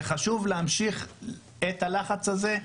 וחשוב להמשיך את הלחץ הזה.